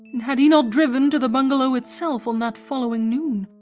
and had he not driven to the bungalow itself on that following noon,